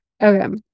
Okay